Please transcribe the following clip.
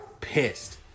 pissed